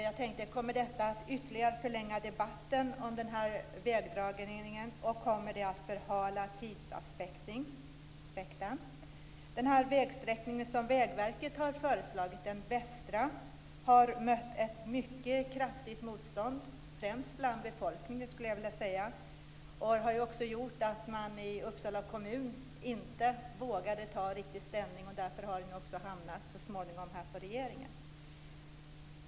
Jag tänkte: Kommer detta att ytterligare förlänga debatten om den här vägdragningen, och kommer det att förhala tidsaspekten? Den vägsträckning som Vägverket har föreslagit, den västra, har mött ett mycket kraftigt motstånd - främst bland befolkningen skulle jag vilja säga. Det har också gjort att man i Uppsala kommun inte vågade ta riktig ställning. Därför har frågan så småningom hamnat hos regeringen.